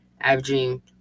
averaging